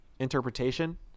interpretation